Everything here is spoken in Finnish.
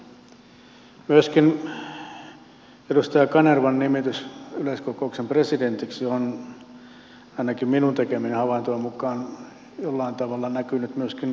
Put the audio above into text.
myöskin edustaja kanervan nimitys yleiskokouksen presidentiksi on ainakin minun tekemieni havaintojen mukaan jollain tavalla näkynyt myöskin käytävillä siellä